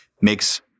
makes